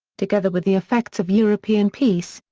together with the effects of european peace,